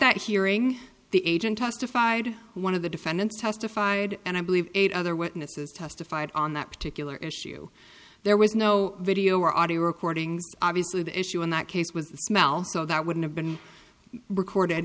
that hearing the agent testified one of the defendants testified and i believe eight other witnesses testified on that particular issue there was no video or audio recordings obviously the issue in that case was the smell so that wouldn't have been recorded